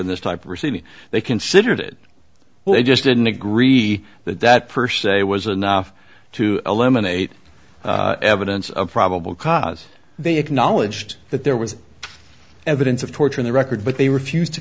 in this type of receiving they considered it well they just didn't agree that that per se was enough to eliminate evidence of probable cause they acknowledged that there was evidence of torture in the record but they refused to